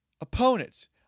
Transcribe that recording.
opponents